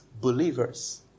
believers